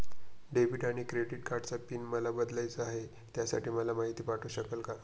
Debit आणि credit कार्डचा PIN मला बदलायचा आहे, त्यासाठी मला माहिती पाठवू शकाल का?